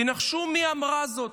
תנחשו מי אמרה את זה,